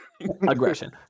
Aggression